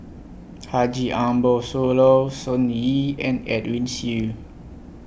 Haji Ambo Sooloh Sun Yee and Edwin Siew